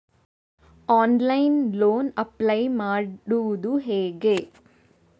Online loan apply ಮಾಡುವುದು ಹೇಗೆ?